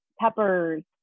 peppers